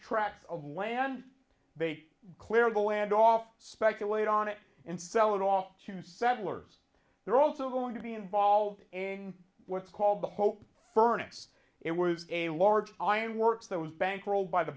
tracts of land they clear the land off speculate on it and sell it off to settlers they're also going to be involved in what's called the hope furnace it was a large ion works those bankrolled by the